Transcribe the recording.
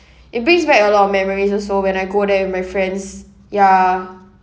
it brings back a lot of memories also when I go there with my friends ya